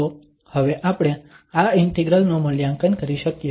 તો હવે આપણે આ ઇન્ટિગ્રલ નું મૂલ્યાંકન કરી શકીએ